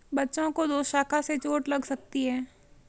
बच्चों को दोशाखा से चोट लग सकती है